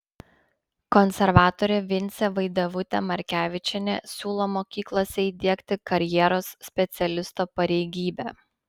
konservatorė vincė vaidevutė markevičienė siūlo mokyklose įdiegti karjeros specialisto pareigybę